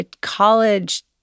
college